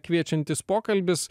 kviečiantis pokalbis